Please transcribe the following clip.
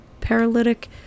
paralytic